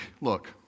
look